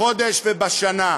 בחודש ובשנה.